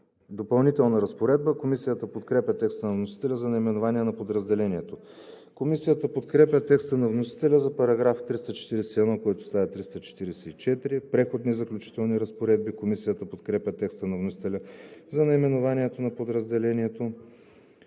„Допълнителна разпоредба“. Комисията подкрепя текста на вносителя за наименованието на подразделението. Комисията подкрепя текста на вносителя за § 341, който става § 344. „Преходни и заключителни разпоредби“. Комисията подкрепя текста на вносителя за наименованието на подразделението.